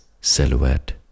silhouette